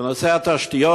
בנושא התשתיות.